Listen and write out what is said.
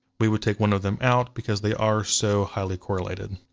we would take one of them out because they are so highly correlated.